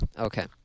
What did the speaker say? Okay